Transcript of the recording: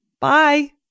Bye